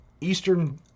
Eastern